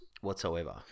whatsoever